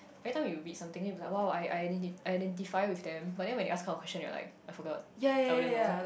every time you read something then you be like !wow! I I identi~ I identify with them but then when they ask kind of question you're like I forgot I wouldn't know